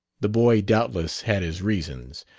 the boy doubtless had his reasons.